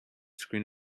screen